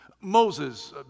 Moses